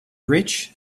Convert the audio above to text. rich